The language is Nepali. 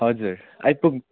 हजुर आइपुग्